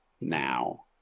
now